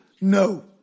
no